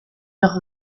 los